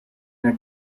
the